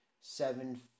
seven